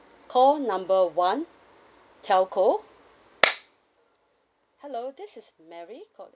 call number one telco hello this is mary from